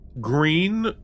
green